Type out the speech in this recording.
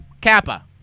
Kappa